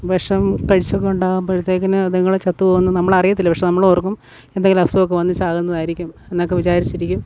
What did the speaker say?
വിഷം കഴിച്ചുകൊണ്ട് ആവുമ്പോഴത്തേക്കിന് അതുങ്ങൾ ചത്തുപോകുന്നത് നമ്മൾ അറിയയില്ല പക്ഷേ നമ്മൾ ഓർക്കും എന്തെങ്കിലും അസുഖം ഒക്കെ വന്ന് ചാകുന്നതായിരിക്കും എന്നൊക്കെ വിചാരിച്ചിരിക്കും